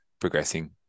progressing